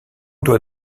doit